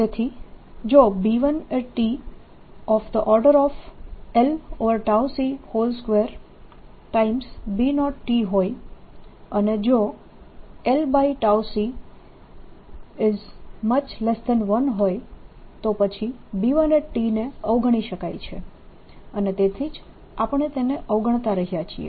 તેથી જો B1 2B0 હોય અને જો l c1 હોય તો પછી B1 ને અવગણી શકાય છે અને તેથી જ આપણે તેને અવગણતા રહ્યા છીએ